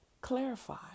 clarify